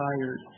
tired